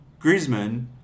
Griezmann